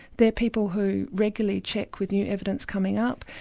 they're people who regularly check with new evidence coming up,